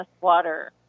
water